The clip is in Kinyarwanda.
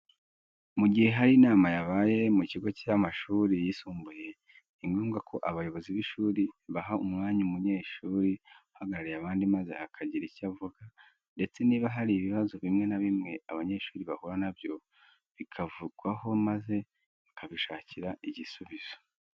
Mu gihe hari inama yabaye ku bigo by'amashuri yisumbuye, ni ngombwa ko abayobozi b'ishuri baha umwanya umunyeshuri uhagarariye abandi maze akagira icyo avuga, ndetse niba hari ibibazo bimwe na bimwe abanyeshuri bahura na byo, bikavugwaho maze bakabishakira igisubizo.